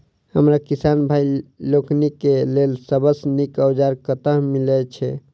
हमरा किसान भाई लोकनि केँ लेल सबसँ नीक औजार कतह मिलै छै?